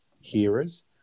hearers